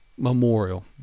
memorial